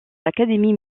l’académie